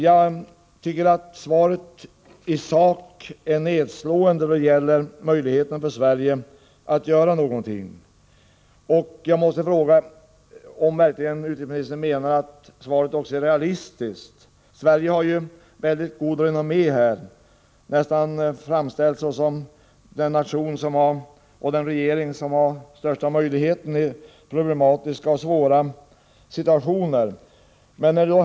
Jag tycker att svaret i sak är nedslående då det gäller möjligheterna för Sverige att göra någonting. Jag måste fråga om utrikesministern verkligen menar att svaret är realistiskt. Sverige har ju mycket gott renommé och har nästan framställts som den nation vars regering har den största möjligheten att göra något i problematiska och svåra situationer.